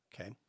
Okay